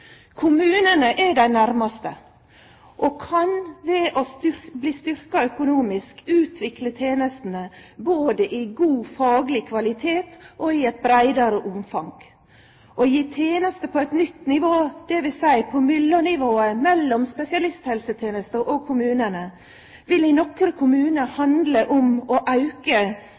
Kommunane er dei næraste og kan ved å verte styrkt økonomisk utvikle tenestene både når det gjeld god fagleg kvalitet og i eit breiare omfang. Å gje tenester på eit nytt nivå, dvs. på mellomnivået mellom spesialisthelsetenesta og kommunane, vil i nokre kommunar handle om å auke